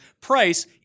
price